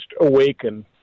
awaken